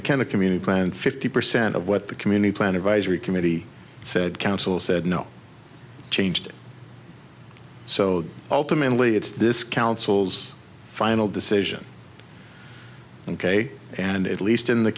c community plan fifty percent of what the community plan advisory committee said council said no changed so ultimately it's this council's final decision ok and at least in the